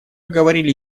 говорили